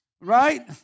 Right